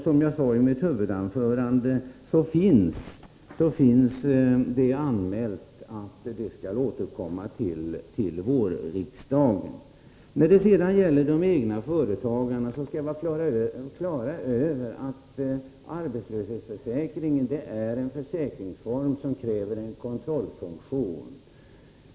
Som jag sade i mitt huvudanförande har man sagt att detta ärende skall återkomma till vårriksdagen. När det sedan gäller de egna företagarna skall vi vara klara över att arbetslöshetsförsäkringen är en försäkringsform som kräver en kontrollfunk tion.